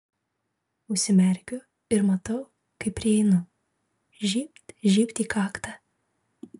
užsimerkiu ir matau kaip prieinu žybt žybt į kaktą